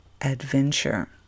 Adventure